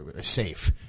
safe